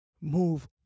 move